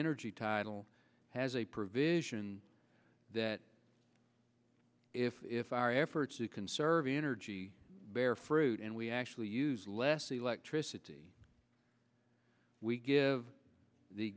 energy tidal has a provision that if if our efforts to conserve energy bear fruit and we actually use less electricity we give the